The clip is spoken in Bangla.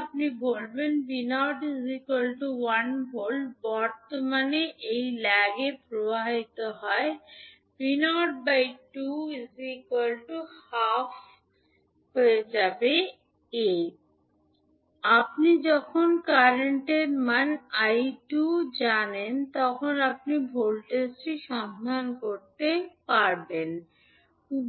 আপনি যখন বলবেন যে 𝑉𝑜 1 𝑉 বর্তমান যা এই ল্যাগে প্রবাহিত হবে 𝑉𝑜 2 12 1 হয়ে যাবে 𝐴 এখন আপনি যখন কারেন্ট 𝐼 2 এর মান জানেন তখন আপনি ভোল্টেজটি সন্ধান করতে পারেন যা এই পা জুড়ে